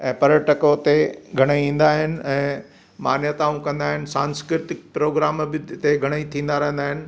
ऐं पर्यटक हुते घणेई ईंदा आहिनि ऐं मान्यताऊं कंदा आहिनि स्संस्कृतिक प्रोग्राम बि हिते घणेई थींदा रहंदा आहिनि